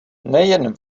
nejen